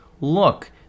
look